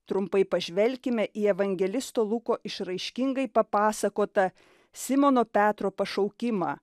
trumpai pažvelkime į evangelisto luko išraiškingai papasakotą simono petro pašaukimą